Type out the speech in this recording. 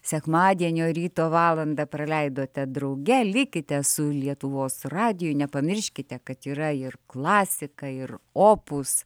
sekmadienio ryto valandą praleidote drauge likite su lietuvos radiju nepamirškite kad yra ir klasika ir opus